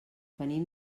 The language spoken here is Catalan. venim